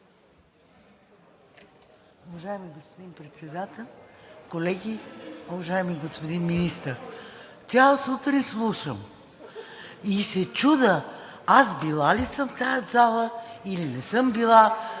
Уважаеми господин Председател, колеги, уважаеми господин Министър! Цяла сутрин слушам и се чудя: аз била ли съм в тази зала, или не съм била,